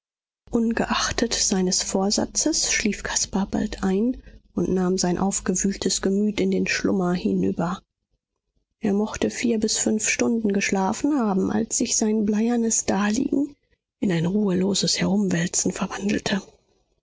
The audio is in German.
ungeachtet seines vorsatzes schlief caspar bald ein und nahm sein aufgewühltes gemüt in den schlummer hinüber er mochte vier bis fünf stunden geschlafen haben als sich sein bleiernes daliegen in ein ruheloses herumwälzen verwandelte